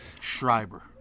Schreiber